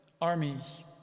armies